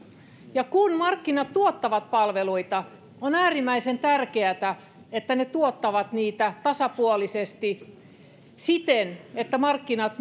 ja kun markkinat tuottavat palveluita on äärimmäisen tärkeätä että ne tuottavat niitä tasapuolisesti siten että markkinat